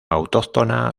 autóctona